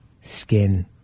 skin